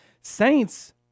saints